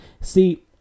See